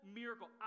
miracle